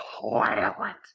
Toilet